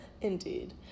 Indeed